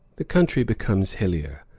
the country becomes hillier,